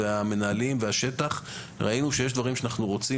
המנהלים והשטח ראינו שיש דברים שאנחנו רוצים